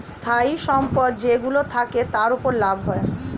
স্থায়ী সম্পদ যেইগুলো থাকে, তার উপর লাভ হয়